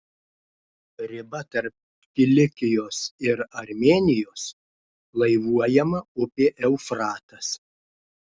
riba tarp kilikijos ir armėnijos laivuojama upė eufratas